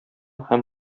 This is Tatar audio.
һәм